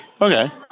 Okay